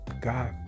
God